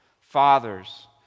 Fathers